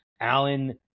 Allen